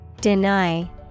Deny